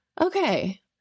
Okay